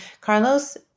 Carlos